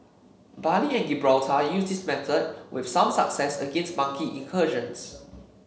Bali and Gibraltar used this method with some success against monkey incursions